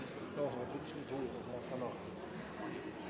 har vært